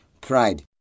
pride